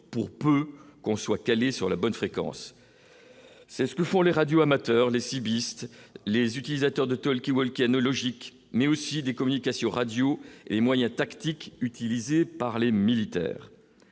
pour peu qu'on soit calé sur la bonne fréquence. C'est ce que font les radioamateurs les cibistes les utilisateurs de tôle qui volcanologique mais aussi des communications radio et moyens tactiques utilisées par les militaires